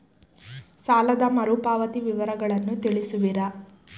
ಸಾಲದ ಮರುಪಾವತಿ ವಿವರಗಳನ್ನು ತಿಳಿಸುವಿರಾ?